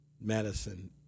medicine